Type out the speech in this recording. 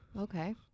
okay